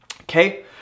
okay